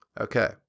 Okay